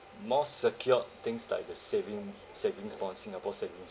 more secured things like the saving savings bond singapore savings